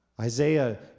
Isaiah